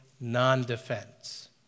non-defense